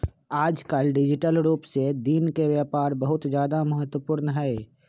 आजकल डिजिटल रूप से दिन के व्यापार बहुत ज्यादा महत्वपूर्ण हई